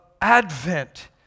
Advent